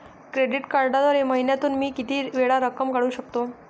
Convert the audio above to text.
Credit कार्डद्वारे महिन्यातून मी किती वेळा रक्कम काढू शकतो?